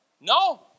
No